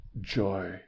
joy